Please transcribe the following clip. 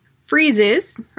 Freezes